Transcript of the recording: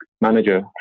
manager